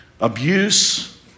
abuse